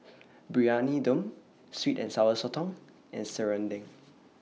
Briyani Dum Sweet and Sour Sotong and Serunding